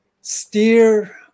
steer